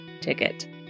ticket